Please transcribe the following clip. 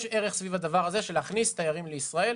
שיש ערך אינהרנטי להבאת תיירים לישראל,